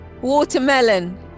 Watermelon